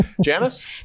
Janice